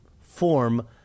form